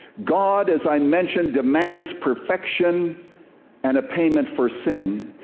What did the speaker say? god, as i mentioned, demands perfection and a payment for sin,